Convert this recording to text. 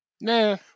Nah